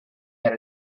had